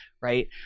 right